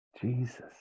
jesus